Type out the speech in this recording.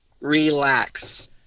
relax